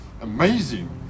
amazing